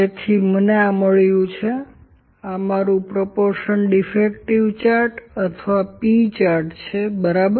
તેથી મને આ મળ્યું છે આ મારું પ્રોપોર્શન ડીફેક્ટિવ ચાર્ટ અથવા P ચાર્ટ છે બરાબર